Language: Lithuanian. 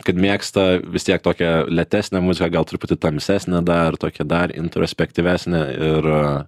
kad mėgsta vis tiek tokią lėtesnę muziką gal truputį tamsesnę dar tokią dar introspektyvesnę ir